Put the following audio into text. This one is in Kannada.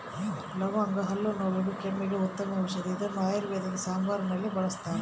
ಲವಂಗ ಹಲ್ಲು ನೋವಿಗೆ ಕೆಮ್ಮಿಗೆ ಉತ್ತಮ ಔಷದಿ ಇದನ್ನು ಆಯುರ್ವೇದ ಸಾಂಬಾರುನಲ್ಲಿಯೂ ಬಳಸ್ತಾರ